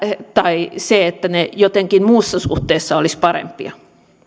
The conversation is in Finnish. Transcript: tai se että ne jotenkin muussa suhteessa olisivat parempia